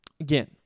Again